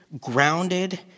grounded